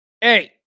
Hey